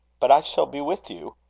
but i shall be with you.